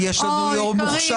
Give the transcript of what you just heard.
אתה מרגיש שכבודך נפגע?